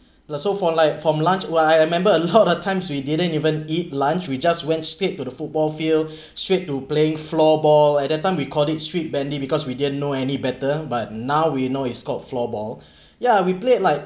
ya so for like from lunch !wah! I remember a lot of times we didn't even eat lunch we just went straight to the football field straight to playing floorball at that time we call it street bandy because we didn't know any better but now we know it's called floorball yeah we play like